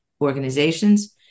organizations